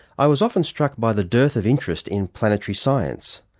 i was often struck by the dearth of interest in planetary science.